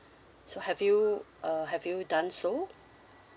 so have you uh have you done so